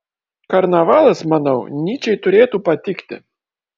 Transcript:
karnavalas manau nyčei turėtų patikti